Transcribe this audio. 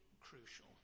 crucial